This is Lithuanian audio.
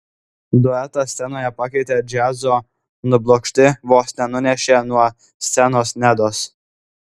duetą scenoje pakeitę džiazo nublokšti vos nenunešė nuo scenos nedos